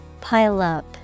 Pile-up